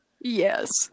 yes